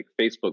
Facebook